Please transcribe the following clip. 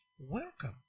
welcome